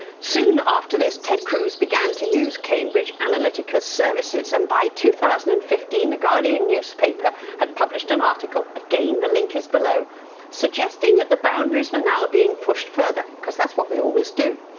soon after this ted cruz began to use cambridge analytica's services and by two thousand and fifteen, the guardian newspaper had published an article again the link is below suggesting that the boundaries were now being pushed further, because that's what we always do.